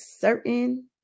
certain